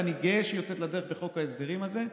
ואני גאה שהיא יוצאת לדרך בחוק ההסדרים הזה.